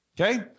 Okay